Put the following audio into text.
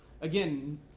Again